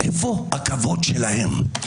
איפה הכבוד שלהן?